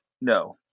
no